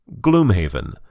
Gloomhaven